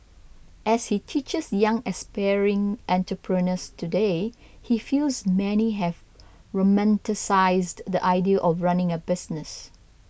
as he teaches young aspiring entrepreneurs today he feels many have romanticised the idea of running a business